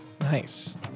Nice